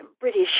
British